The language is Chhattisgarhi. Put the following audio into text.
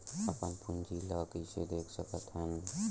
अपन पूंजी ला कइसे देख सकत हन?